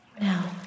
now